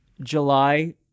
July